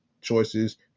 choices